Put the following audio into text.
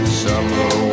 summer